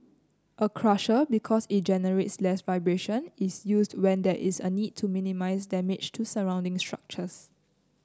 a crusher because it generates less vibration is used when there is a need to minimise damage to surrounding structures